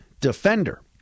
defender